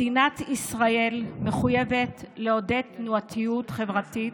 מדינת ישראל מחויבת לעודד תנועתיות חברתית